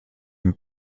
den